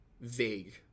vague